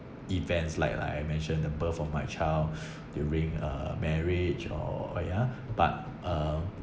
events like like I mentioned the birth of my child during uh marriage or yeah but uh